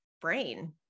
brain